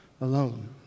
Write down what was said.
alone